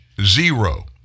Zero